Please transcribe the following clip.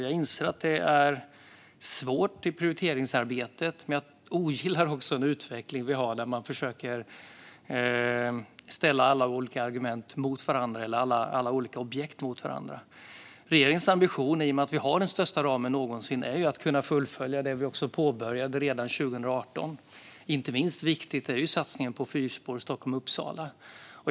Jag inser att prioriteringsarbetet är svårt, men jag ogillar utvecklingen där man försöker ställa alla olika objekt mot varandra. Regeringens ambition är, i och med att vi har den största ramen någonsin, att kunna fullfölja det vi påbörjade redan 2018. Inte minst är satsningen på fyrspår Stockholm-Uppsala viktig.